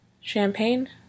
Champagne